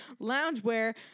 loungewear